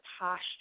posture